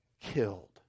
killed